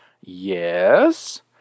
Yes